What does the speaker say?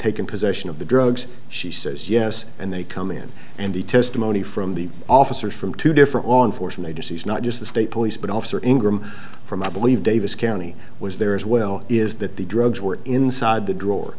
taken possession of the drugs she says yes and they come in and the testimony from the officer from two different law enforcement agencies not just the state police but officer ingram from i believe davis county was there as well is that the drugs were inside the drawer